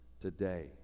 today